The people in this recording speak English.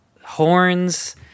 horns